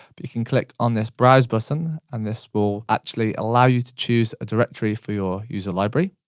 but you can click on this browse button, and this will actually allow you to choose a directory for your user library.